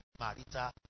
marita